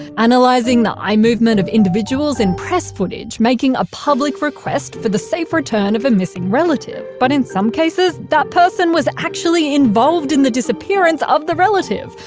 analyzing the eye movement of individuals in press footage making a public request for the safe return of a missing relative. but in some cases, that person was actually involved in the disappearance of the relative,